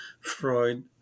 Freud